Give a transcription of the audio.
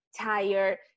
tired